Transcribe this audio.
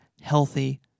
healthy